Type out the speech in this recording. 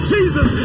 Jesus